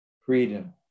Freedom